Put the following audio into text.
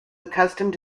accustomed